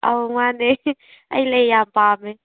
ꯑꯧ ꯃꯥꯟꯅꯦ ꯑꯩ ꯂꯩ ꯌꯥꯝ ꯄꯥꯝꯃꯦ